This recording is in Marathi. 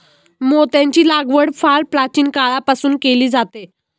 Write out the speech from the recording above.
मोत्यांची लागवड फार प्राचीन काळापासून केली जाते